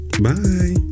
Bye